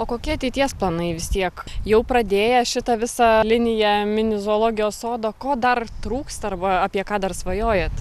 o kokie ateities planai vis tiek jau pradėję šitą visą liniją mini zoologijos sodo ko dar trūksta arba apie ką dar svajojat